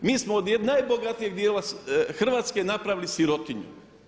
Mi smo od najbogatijeg dijela Hrvatske napravili sirotinju.